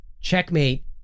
Checkmate